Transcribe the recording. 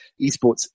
esports